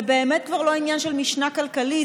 זה באמת כבר לא עניין של משנה כלכלית,